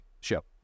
Show